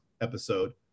episode